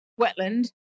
wetland